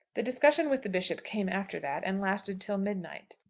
the discussion with the bishop came after that, and lasted till midnight.